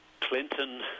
Clinton